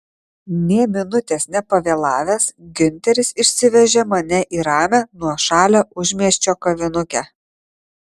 nė minutės nepavėlavęs giunteris išsivežė mane į ramią nuošalią užmiesčio kavinukę